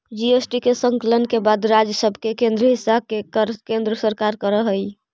GST के संकलन के बाद राज्य सब के हिस्सा के कर केन्द्र सरकार कर हई